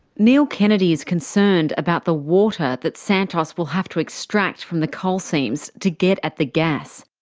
neil kennedy is concerned about the water that santos will have to extract from the coal seams to get at the gas.